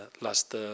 last